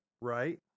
Right